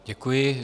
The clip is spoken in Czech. Děkuji.